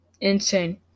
Insane